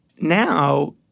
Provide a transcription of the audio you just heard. Now